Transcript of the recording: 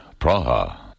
Praha